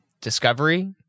Discovery